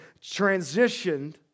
transitioned